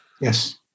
Yes